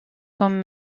comme